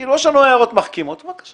יש לנו הערות מחכימות, בבקשה.